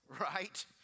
right